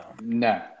No